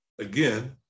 again